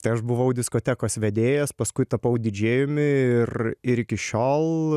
tai aš buvau diskotekos vedėjas paskui tapau didžėjumi ir ir iki šiol